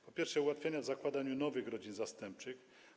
Po pierwsze, ułatwienia w zakładaniu nowych rodzin zastępczych.